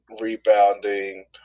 rebounding